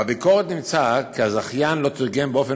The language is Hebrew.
בביקורת נמצא כי הזכיין לא תרגם באופן